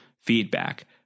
feedback